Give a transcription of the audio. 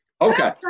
Okay